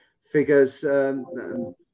figures